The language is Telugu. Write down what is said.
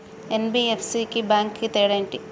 ఎన్.బి.ఎఫ్.సి కి బ్యాంక్ కి తేడా ఏంటి?